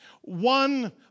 one